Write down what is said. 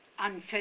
unfit